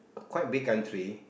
quite big country